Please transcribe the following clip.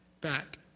back